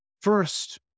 first